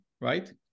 right